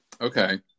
Okay